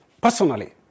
personally